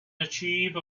achieve